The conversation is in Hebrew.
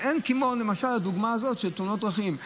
ואין כמו הדוגמה הזאת של תאונות הדרכים.